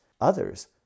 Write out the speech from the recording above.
others